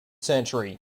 century